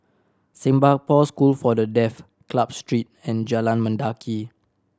Singapore School for The Deaf Club Street and Jalan Mendaki